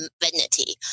vanity